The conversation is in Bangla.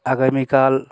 আগামীকাল